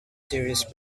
series